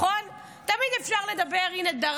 תמיד יהיה לנו את רפיח, נכון?